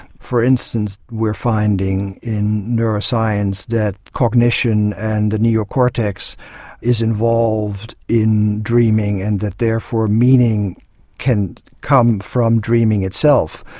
for instance we're finding in neuroscience that cognition and the neocortex is involved in dreaming and that therefore meaning can come from dreaming itself.